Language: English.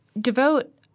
devote